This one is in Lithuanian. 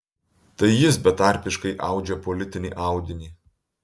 tai jis betarpiškai audžia politinį audinį